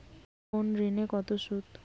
কোন ঋণে কত সুদ?